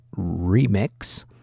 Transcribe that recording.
remix